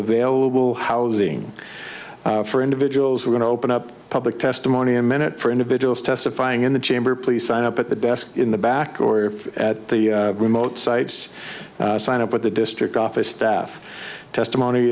available housing for individuals who want to open up public testimony a minute for individuals testifying in the chamber please sign up at the desk in the back or at the remote sites sign up with the district office staff testimony